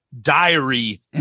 diary